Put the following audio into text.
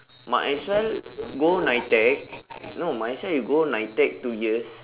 might as well go NITEC no might as well you go NITEC two years